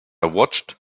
watched